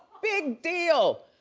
big deal.